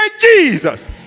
Jesus